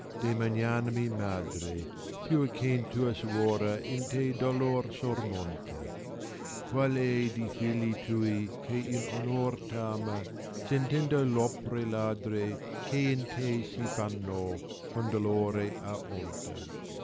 magnanimi madre ftù che n tua suora in te dolor sormonta quap è de figli lui che in onor v ama sentendo topre ladre che in te si fanno con dolore ha onta